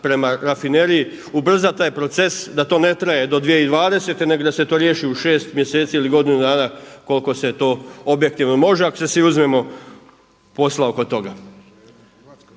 prema rafineriji ubrza taj proces, da to ne traje do 2020. nego da se to riješi u 6 mjeseci ili godinu dana koliko se to objektivno može, ako svi uzmemo posla oko toga?